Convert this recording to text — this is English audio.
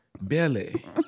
belly